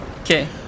Okay